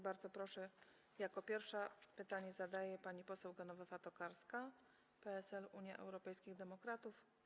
Bardzo proszę, jako pierwsza pytanie zadaje pani poseł Genowefa Tokarska, PSL - Unia Europejskich Demokratów.